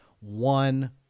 one